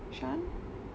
shan